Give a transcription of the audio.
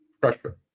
pressure